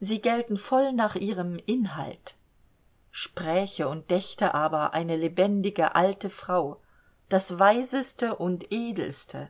sie gelten voll nach ihrem inhalt spräche und dächte aber eine lebendige alte frau das weiseste und edelste